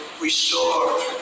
restore